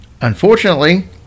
Unfortunately